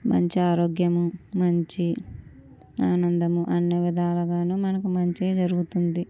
మంచి ఆరోగ్యం మంచి ఆనందము అన్ని విధాలుగానూ మనకు మంచి జరుగుతుంది